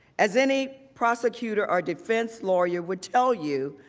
as any prosecutor or defense lawyer would tell you,